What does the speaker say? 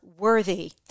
Worthy